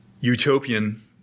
Utopian